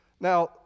Now